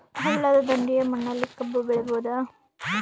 ಹಳ್ಳದ ದಂಡೆಯ ಮಣ್ಣಲ್ಲಿ ಕಬ್ಬು ಬೆಳಿಬೋದ?